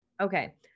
Okay